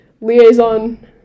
liaison